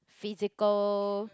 physical